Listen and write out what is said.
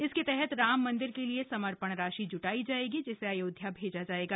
इसके तहत राम मंदिर के लिए समर्पण राशि ज्टाई जायेगी जिसे अयोध्या भैजा जाएगा